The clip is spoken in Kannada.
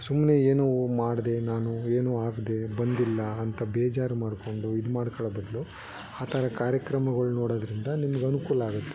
ಸುಮ್ನೆ ಏನೂ ಮಾಡ್ದೆ ನಾನು ಏನೂ ಹಾಕ್ದೇ ಬಂದಿಲ್ಲ ಅಂತ ಬೇಜಾರು ಮಾಡ್ಕೊಂಡು ಇದು ಮಾಡ್ಕೊಳ್ಳೋ ಬದಲು ಆ ಥರ ಕಾರ್ಯಕ್ರಮಗಳು ನೋಡೋದ್ರಿಂದ ನಿಮ್ಗೆ ಅನುಕೂಲ ಆಗುತ್ತೆ